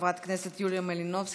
חברת הכנסת יוליה מלינובסקי,